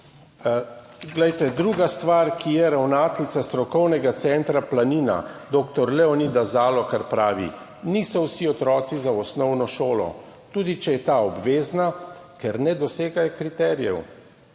Druga stvar, ki je, ravnateljica Strokovnega centra Planina dr. Leonida Zalokar pravi: »Niso vsi otroci za osnovno šolo, tudi če je ta obvezna, ker ne dosegajo kriterijev.